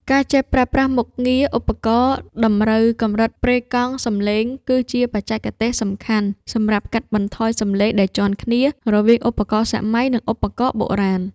ការចេះប្រើប្រាស់មុខងារ ឧបករណ៍តម្រូវកម្រិតប្រេកង់សំឡេង គឺជាបច្ចេកទេសសំខាន់សម្រាប់កាត់បន្ថយសំឡេងដែលជាន់គ្នា រវាងឧបករណ៍សម័យ និងឧបករណ៍បុរាណ។